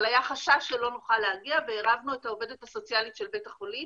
אבל היה חשש שלא נוכל להגיע ועירבנו את העובדת הסוציאלית של בית החולים